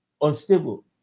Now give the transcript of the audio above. unstable